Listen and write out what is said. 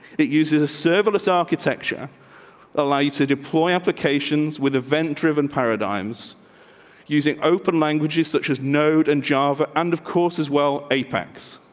it uses a serverless architecture allow you to deploy applications with event driven paradigms using open languages, such a note and java. and, of course, as well a pax.